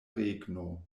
regno